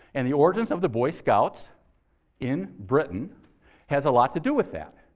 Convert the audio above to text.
and the ordinance of the boy scouts in britain has a lot to do with that.